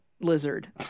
lizard